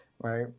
Right